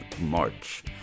March